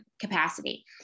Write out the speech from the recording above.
capacity